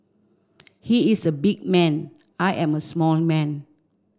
he is a big man I am a small man